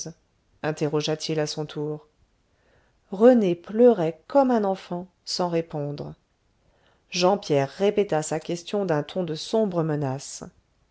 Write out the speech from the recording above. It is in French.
interrogea-t-il à son tour rené pleurait comme un enfant sans répondre jean pierre répéta sa question d'un ton de sombre menace